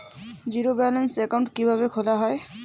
Zero balance account কিভাবে খোলা হয়?